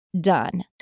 done